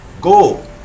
go